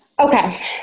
Okay